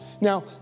Now